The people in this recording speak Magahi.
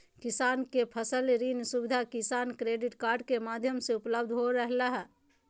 किसान के फसल ऋण सुविधा किसान क्रेडिट कार्ड के माध्यम से उपलब्ध हो रहल हई